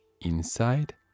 inside